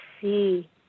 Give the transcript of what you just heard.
see